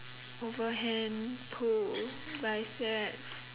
over hand pull biceps